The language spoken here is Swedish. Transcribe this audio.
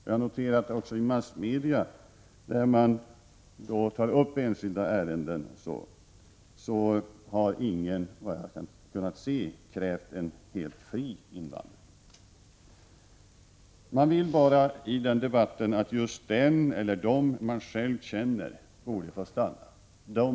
Jag noterar också att ingen i massmedia, där man tar upp enskilda ärenden, har krävt en helt fri invandring. Man vill att just den eller de man själv känner skall få stanna.